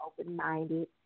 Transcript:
open-minded